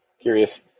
Curious